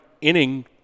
inning